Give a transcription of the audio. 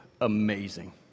amazing